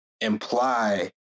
imply